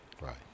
right